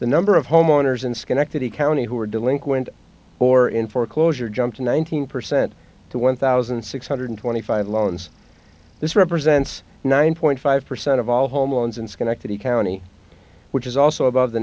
the number of homeowners in schenectady county who are delinquent or in foreclosure jumped one hundred percent to one thousand six hundred twenty five loans this represents nine point five percent of all home loans in schenectady county which is also above the